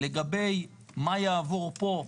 לגבי מה יעבור פה,